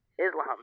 islam